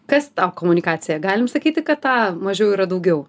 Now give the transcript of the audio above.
kas tau komunikacija galim sakyti kad tą mažiau yra daugiau